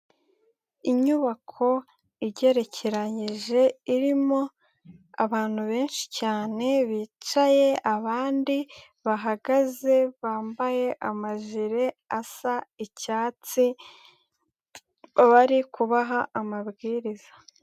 Inyubako igerekeyije irimo abantu benshi cyane bicaye, abandi bahagaze bambaye amajire asa icyatsi, bari kubaha amabwiriza.